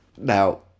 Now